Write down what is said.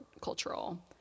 cultural